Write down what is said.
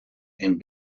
and